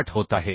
8 होत आहे